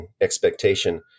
expectation